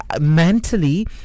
mentally